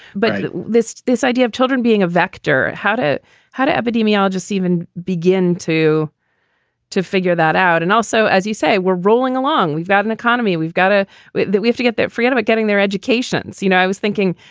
but this this idea of children being a vector, how to how to epidemiologists even begin to to figure that out. and also, as you say, we're rolling along we've got an economy. we've got to we have to get that. forget about getting their educations. you know, i was thinking,